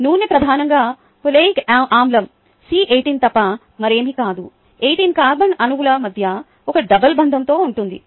నూనె ప్రధానంగా ఒలేయిక్ ఆమ్లం C18 తప్ప మరేమీ కాదు 18 కార్బన్ అణువుల మధ్య ఒక డబుల్ బంధంతో ఉంటుంది